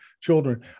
children